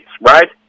right